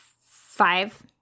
five